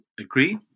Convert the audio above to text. agree